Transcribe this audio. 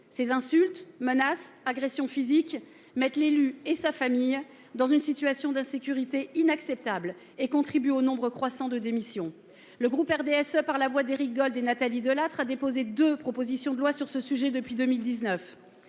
Ces insultes, menaces et agressions physiques mettent l'élu et sa famille dans une situation d'insécurité inacceptable, et contribuent au nombre croissant de démissions. Le groupe RDSE, par la voix d'Éric Gold et Nathalie Delattre, a déposé deux propositions de loi sur ce sujet depuis 2019.